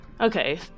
Okay